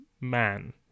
man